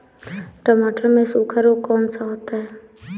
टमाटर में सूखा रोग कौन सा होता है?